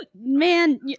Man